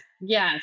yes